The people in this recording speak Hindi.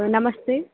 नमस्ते